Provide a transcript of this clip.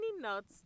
nuts